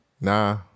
nah